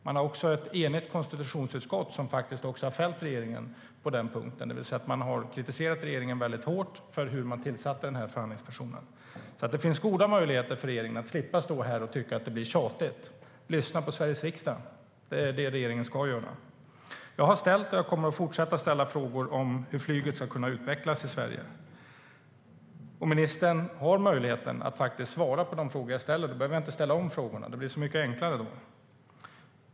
Vi har också ett enigt konstitutionsutskott som har fällt regeringen på den punkten, det vill säga att det har kritiserat regeringen väldigt hårt för hur man tillsatte förhandlingspersonen. Det finns alltså goda möjligheter för regeringen att slippa stå här och tycka att det blir tjatigt. Lyssna på Sveriges riksdag! Det är det regeringen ska göra. Jag har ställt och kommer att fortsätta ställa frågor om hur flyget ska kunna utvecklas i Sverige, och ministern har möjligheten att faktiskt svara på de frågor jag ställer. Då behöver jag inte ställa om frågorna. Det blir så mycket enklare då.